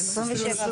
יכול